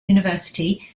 university